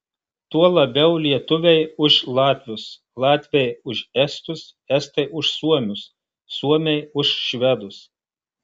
tuo labiau lietuviai už latvius latviai už estus estai už suomius suomiai už švedus